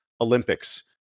Olympics